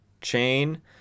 chain